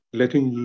letting